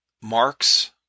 marks